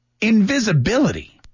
invisibility